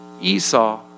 Esau